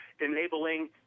enabling